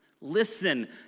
Listen